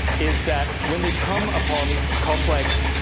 is that when they come upon complex,